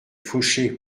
faucher